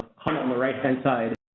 column on the right hand side.